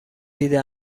دیده